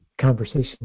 conversation